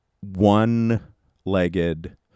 one-legged